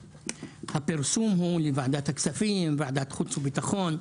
הפרסום הוא לוועדת הכספים, ועדת חוץ וביטחון.